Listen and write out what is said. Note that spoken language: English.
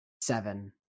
Seven